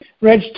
Reg